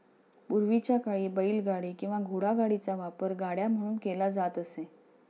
पूर्वीच्या काळी बैलगाडी किंवा घोडागाडीचा वापर गाड्या म्हणून केला जात असे